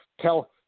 Tell